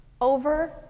Over